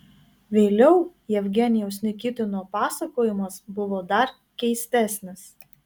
vėliau jevgenijaus nikitino pasakojimas buvo dar keistesnis